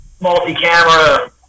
multi-camera